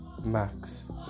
Max